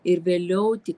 ir vėliau tik